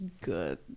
good